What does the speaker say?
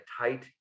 tight